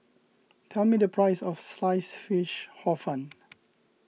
tell me the price of Sliced Fish Hor Fun